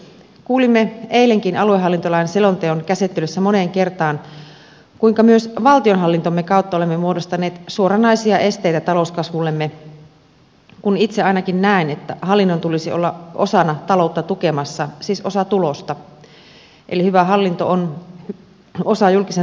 kuulimme eilenkin aluehallintolain selonteon käsittelyssä moneen kertaan kuinka myös valtionhallintomme kautta olemme muodostaneet suoranaisia esteitä talouskasvullemme kun itse ainakin näen että hallinnon tulisi olla osana taloutta tukemassa siis osa tulosta eli hyvä hallinto on osa julkisen talouden tasetta